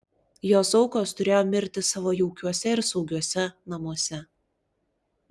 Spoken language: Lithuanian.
jos aukos turėjo mirti savo jaukiuose ir saugiuose namuose